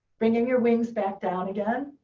bringing your wings back down again.